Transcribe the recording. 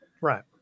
Right